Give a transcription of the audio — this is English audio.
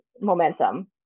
momentum